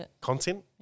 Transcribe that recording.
content